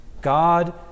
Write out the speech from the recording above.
God